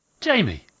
Jamie